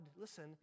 listen